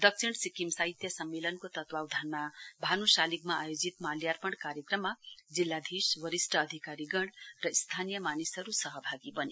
दक्षिण सिक्किम साहित्य सम्मेलनको तत्वावधानमा भान् सालिगमा आयोजित माल्यार्पण कार्यक्रममा जिल्लाधीश वरिष्ट अधिकारीगण र स्थानीय मानिसहरू सहभागी बने